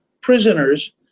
prisoners